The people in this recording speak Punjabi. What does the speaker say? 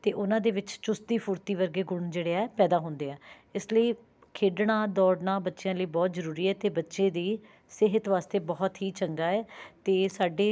ਅਤੇ ਉਹਨਾਂ ਦੇ ਵਿੱਚ ਚੁਸਤੀ ਫੁਰਤੀ ਵਰਗੇ ਗੁਣ ਜਿਹੜੇ ਹੈ ਪੈਦਾ ਹੁੰਦੇ ਹੈ ਇਸ ਲਈ ਖੇਡਣਾ ਦੌੜਨਾ ਬੱਚਿਆਂ ਲਈ ਬਹੁਤ ਜ਼ਰੂਰੀ ਹੈ ਅਤੇ ਬੱਚੇ ਦੀ ਸਿਹਤ ਵਾਸਤੇ ਬਹੁਤ ਹੀ ਚੰਗਾ ਹੈ ਅਤੇ ਸਾਡੇ